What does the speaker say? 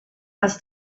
asked